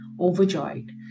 overjoyed